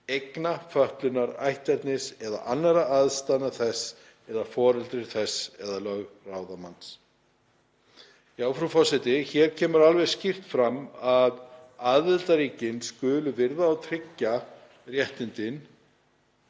eigna, fötlunar, ætternis eða annarra aðstæðna þess eða foreldris þess eða lögráðamanns.“ Frú forseti. Hér kemur alveg skýrt fram að aðildarríkin skulu virða og tryggja réttindin,